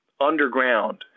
underground